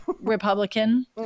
Republican